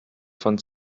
von